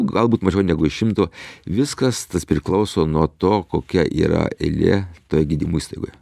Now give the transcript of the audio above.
galbūt mažiau negu iš šimto viskas tas priklauso nuo to kokia yra eilė toje gydymo įstaigoje